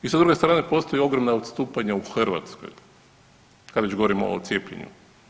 I sa druge strane postoji ogromna odstupanja u Hrvatskoj kad već govorimo o cijepljenju.